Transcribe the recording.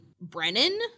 Brennan